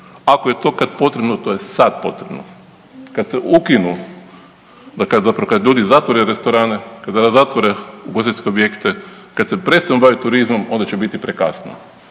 ako je to kad potrebno to je sad potrebno. Kad se ukinu, zapravo kad ljudi zatvore restorane, kada zatvore ugostiteljske objekte, kada se prestanu baviti turizmom onda će biti prekasno.